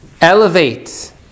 elevate